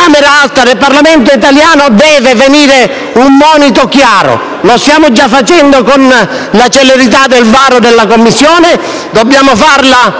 Camera alta del Parlamento italiano, deve venire un monito chiaro; lo stiamo già esprimendo con la celerità del varo della Commissione; dobbiamo confermarlo